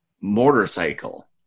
motorcycle